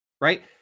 right